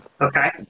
Okay